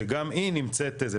שגם היא נמצאת זה.